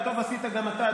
וטוב עשית גם אתה,